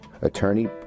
Attorney